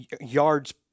yards